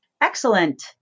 Excellent